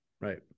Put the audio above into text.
right